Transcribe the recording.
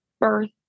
birth